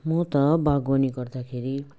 म त बागवानी गर्दाखेरि